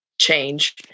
change